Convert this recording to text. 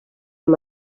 amb